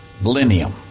millennium